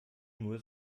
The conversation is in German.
nur